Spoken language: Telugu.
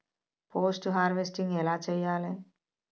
పోస్ట్ హార్వెస్టింగ్ ఎలా చెయ్యాలే?